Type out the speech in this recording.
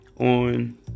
On